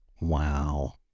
Wow